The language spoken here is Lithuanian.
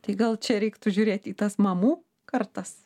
tai gal čia reiktų žiūrėt į tas mamų kartas